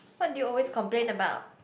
what do you always complain about